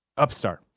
Upstart